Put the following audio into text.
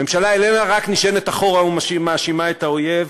הממשלה איננה רק נשענת אחורה ומאשימה את האויב,